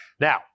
Now